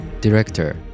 Director